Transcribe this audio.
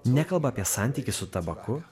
nekalba apie santykį su tabaku